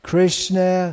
Krishna